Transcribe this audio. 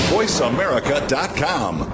VoiceAmerica.com